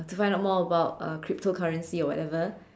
to find out more about uh cryptocurrency or whatever